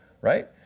right